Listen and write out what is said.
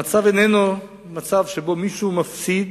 המצב איננו מצב שבו מישהו מפסיד